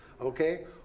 okay